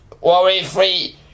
worry-free